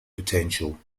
potential